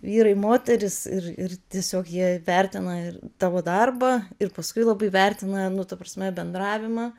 vyrai moterys ir ir tiesiog jie vertina ir tavo darbą ir paskui labai vertina nu ta prasme bendravimą